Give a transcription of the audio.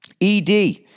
ED